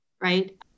right